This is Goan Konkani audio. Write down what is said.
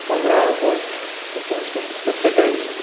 पंदरा ऑगस्ट एकुणशे सत्तेचाळीस